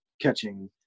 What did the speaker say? catching